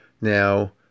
Now